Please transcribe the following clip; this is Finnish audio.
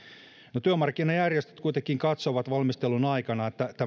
no työmarkkinajärjestöt kuitenkin katsoivat valmistelun aikana että